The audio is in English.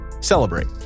celebrate